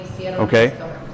Okay